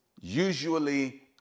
usually